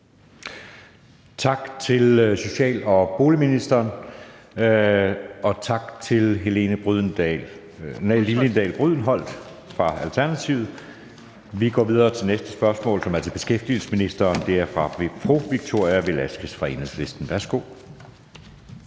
Tak til social- og boligministeren, og tak til Helene Liliendahl Brydensholt fra Alternativet. Vi går videre til næste spørgsmål, som er til beskæftigelsesministeren. Det er af fru Victoria Velasquez fra Enhedslisten. Kl.